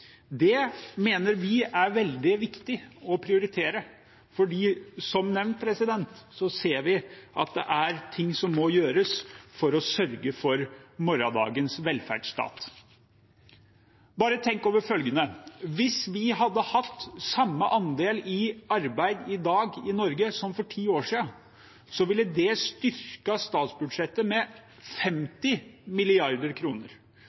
Det mener vi er veldig viktig å prioritere, for som nevnt ser vi at det er ting som må gjøres for å sørge for morgendagens velferdsstat. Bare tenk over følgende: Hvis vi i dag hadde hatt samme andel i arbeid i Norge som for ti år siden, ville det ha styrket statsbudsjettet med